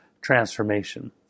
Transformation